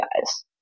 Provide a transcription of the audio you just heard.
guys